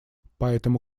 поэтому